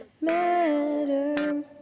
Matter